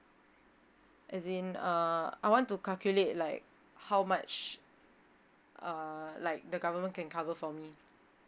as in uh I want to calculate like how much uh like the government can cover for me